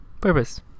Purpose